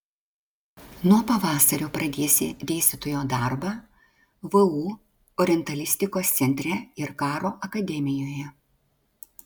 nuo pavasario pradėsi dėstytojo darbą vu orientalistikos centre ir karo akademijoje